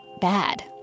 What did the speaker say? bad